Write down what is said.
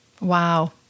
Wow